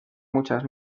muchas